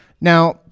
Now